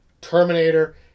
Terminator